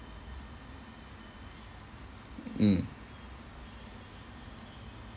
mm